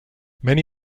many